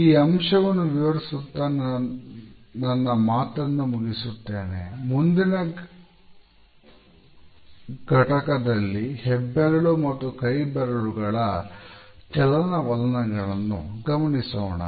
ಈ ಅಂಶವನ್ನು ವಿವರಿಸುತ್ತ ನನ್ನ ಮಾತನ್ನು ಮುಗಿಸುತ್ತೇನೆ ಹಾಗೂ ಮುಂದಿನ ಘಟಕದಲ್ಲಿ ಹೆಬ್ಬೆರಳು ಮತ್ತು ಕೈ ಬೆರಳುಗಳ ಚಲನವಲನಗಳನ್ನು ಗಮನಿಸೋಣ